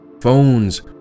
Phones